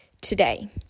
today